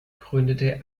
gründete